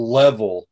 level